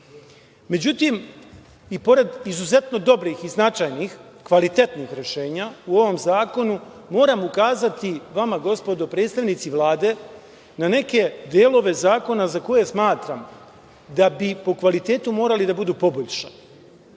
način.Međutim, i pored izuzetno dobrih i značajnih kvalitetnih rešenja u ovom zakonu moram ukazati, vama gospodo predstavnici Vlade na neke delove zakona za koje smatram da bi po kvalitetu morali da budu poboljšani,